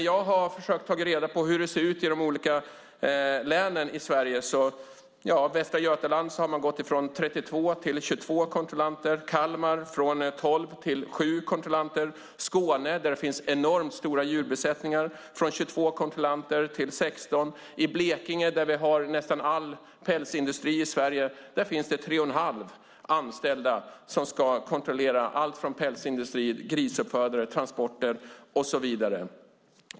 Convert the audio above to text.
Jag har försökt ta reda på hur det ser ut i de olika länen i Sverige. I Västra Götaland har man gått från 32 till 22 kontrollanter. I Kalmar har man gått från 12 till 7 kontrollanter. I Skåne, där det finns enormt stora djurbesättningar, har man gått från 22 kontrollanter till 16. I Blekinge, där vi har nästan all pälsindustri i Sverige, finns det 3 1⁄2 anställda som ska kontrollera pälsindustrin, grisuppfödare, transporter och så vidare.